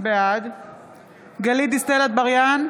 בעד גלית דיסטל אטבריאן,